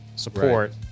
Support